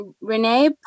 Renee